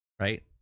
right